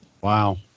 Wow